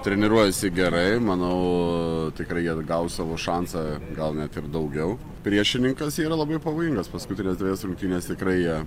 treniruojasi gerai manau tikrai jie gaus savo šansą gal net ir daugiau priešininkas yra labai pavojingas paskutines dvejas rungtynes tikrai jie